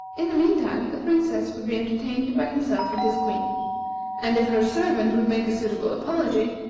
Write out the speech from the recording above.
in the mean time, the princess would be entertained by himself and his queen and, if her servant would make a suitable apology,